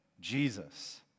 Jesus